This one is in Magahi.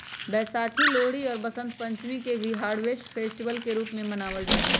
वैशाखी, लोहरी और वसंत पंचमी के भी हार्वेस्ट फेस्टिवल के रूप में मनावल जाहई